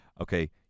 Okay